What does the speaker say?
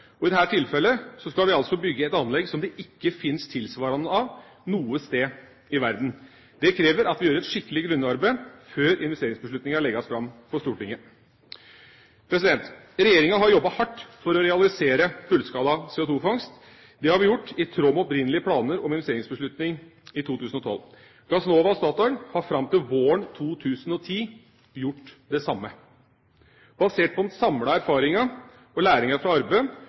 Og i dette tilfellet skal vi altså bygge et anlegg som det ikke fins tilsvarende av noe sted i verden. Det krever at vi gjør et skikkelig grunnarbeid før investeringsbeslutningen legges fram for Stortinget. Regjeringa har jobbet hardt for å realisere fullskala CO2-fangst. Det har vi gjort i tråd med opprinnelige planer om investeringsbeslutning i 2012. Gassnova og Statoil har fram til våren 2010 gjort det samme. Basert på den samlede erfaringen og læringen fra